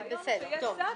הרעיון הוא שיש צו,